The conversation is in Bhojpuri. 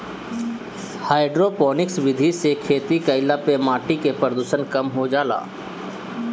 हाइड्रोपोनिक्स विधि से खेती कईला पे माटी के प्रदूषण कम हो जाला